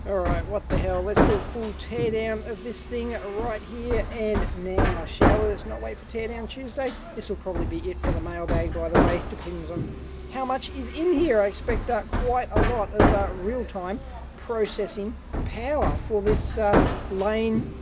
alright, what the hell. let's do a full teardown of this thing ah right here and now, shall we? let's not wait for teardown tuesday. this'll probably be it for the mailbag by the way, depends on how much is in here. i expect quite a lot of real-time processing power, for this lane